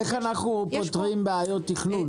איך אנחנו פותרים בעיות תכנון?